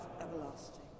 everlasting